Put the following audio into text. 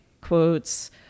quotes